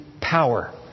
power